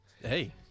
Hey